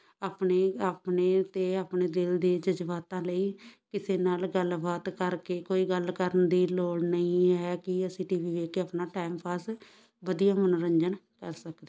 ਆਪਣੇ ਆਪਣੇ ਅਤੇ ਆਪਣੇ ਦਿਲ ਦੇ ਜਜ਼ਬਾਤਾਂ ਲਈ ਕਿਸੇ ਨਾਲ ਗੱਲਬਾਤ ਕਰਕੇ ਕੋਈ ਗੱਲ ਕਰਨ ਦੀ ਲੋੜ ਨਹੀਂ ਹੈ ਕਿ ਅਸੀਂ ਟੀ ਵੀ ਵੇਖ ਕੇ ਆਪਣਾ ਟਾਈਮਪਾਸ ਵਧੀਆ ਮਨੋਰੰਜਨ ਕਰ ਸਕਦੇ